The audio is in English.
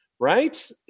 Right